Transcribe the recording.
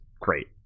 great